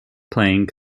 playing